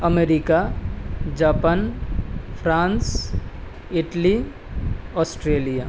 America Japan France Italy Australia